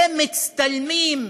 ומצטלמים,